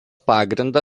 pagrindą